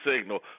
signal